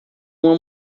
uma